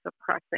suppressing